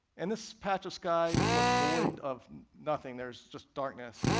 and this patch of sky looks void of nothing, there's just darkness,